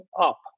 up